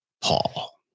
Paul